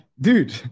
dude